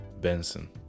Benson